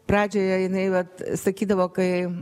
pradžioje jinai vat sakydavo kai